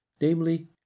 namely